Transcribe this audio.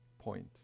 point